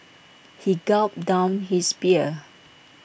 he gulped down his beer